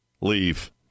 leave